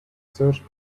search